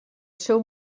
seu